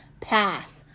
Pass